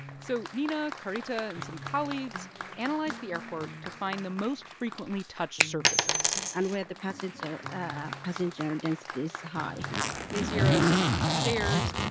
so niina, carita and some colleagues analyzed the airport to find the most frequently touched surfaces and where the passenger passenger density is high they zeroed in on stairs,